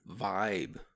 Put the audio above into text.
vibe